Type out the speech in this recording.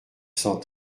cent